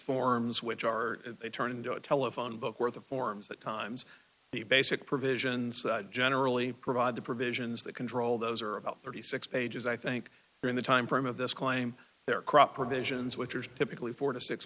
forms which are they turn into a telephone book worth of forms that times the basic provisions generally provide the provisions that control those are about thirty six pages i think are in the timeframe of this claim their crop provisions which are typically four to six